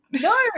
no